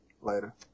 Later